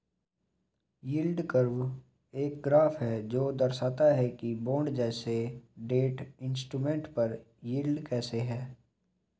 yield curve एक graph है जो दर्शाता है कि बॉन्ड जैसे डेट इंस्ट्रूमेंट पर यील्ड कैसे है